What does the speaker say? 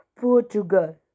Portugal